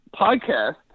podcast